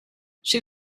she